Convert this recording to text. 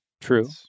true